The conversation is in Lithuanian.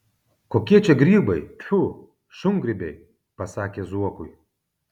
kokie čia grybai tfu šungrybiai pasakė zuokui